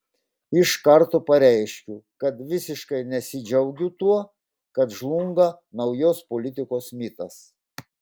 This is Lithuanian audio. iš karto pareiškiu kad visiškai nesidžiaugiu tuo kad žlunga naujos politikos mitas